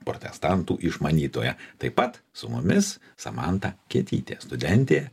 protestantų išmanytoja taip pat su mumis samanta kietytė studentė